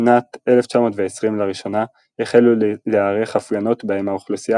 בשנת 1920 לראשונה החלו להיערך הפגנות בהם האוכלוסייה